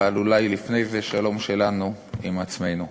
אבל אולי לפני זה שלום שלנו עם עצמנו.